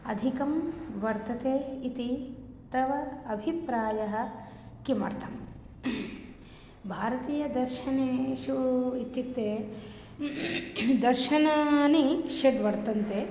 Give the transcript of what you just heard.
अधिकं वर्तते इति तव अभिप्रायः किमर्थं भारतीयदर्शनेषु इत्युक्ते दर्शनानि षड् वर्तन्ते